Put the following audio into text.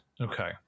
Okay